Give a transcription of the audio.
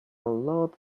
lot